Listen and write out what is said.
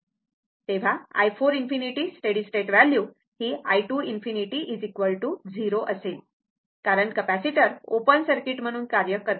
तर i4∞ steady state value हि i2∞ 0 असेल कारण कॅपेसिटर ओपन सर्किट म्हणून कार्य करते